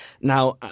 Now